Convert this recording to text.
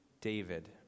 David